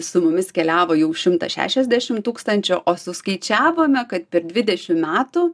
su mumis keliavo jau šimtas šešiasdešimt tūkstančių o suskaičiavome kad per dvidešimt metų